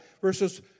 verses